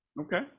Okay